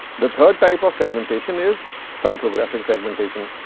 the third type of segmentation is psychographic segmentation.